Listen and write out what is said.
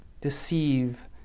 Deceive